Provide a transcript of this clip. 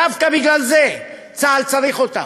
דווקא בגלל זה צה"ל צריך אותם.